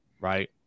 right